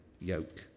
yoke